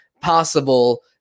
possible